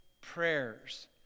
prayers